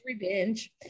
revenge